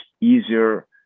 easier